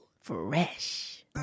Fresh